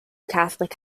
catholic